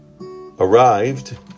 arrived